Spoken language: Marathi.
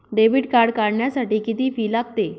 डेबिट कार्ड काढण्यासाठी किती फी लागते?